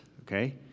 okay